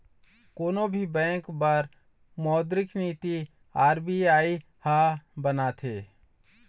कोनो भी बेंक बर मोद्रिक नीति आर.बी.आई ह बनाथे